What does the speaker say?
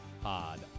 Pod